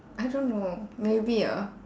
I don't know maybe ah